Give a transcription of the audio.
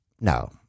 No